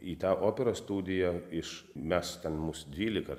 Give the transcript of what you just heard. į tą operos studiją iš mes ten mus dvylika